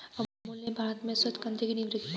अमूल ने भारत में श्वेत क्रान्ति की नींव रखी